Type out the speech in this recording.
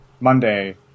Monday